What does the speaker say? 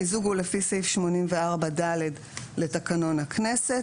המיזוג הוא לפי סעיף 84/ד לתקנון הכנסת,